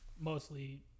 mostly